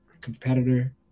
competitor